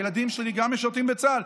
גם הילדים שלי משרתים בצה"ל.